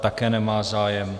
Také nemá zájem.